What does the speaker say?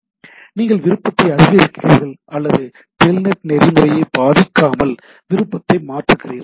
எனவே நீங்கள் விருப்பத்தை அதிகரிக்கிறீர்கள் அல்லது டெல்நெட் நெறிமுறையை பாதிக்காமல் விருப்பத்தை மாற்றுகிருர்கள்